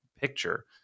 picture